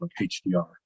HDR